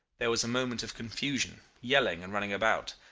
there was a moment of confusion, yelling, and running about.